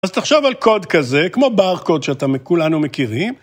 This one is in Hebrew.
אז תחשב על קוד כזה, כמו ברקוד שכולנו מכירים.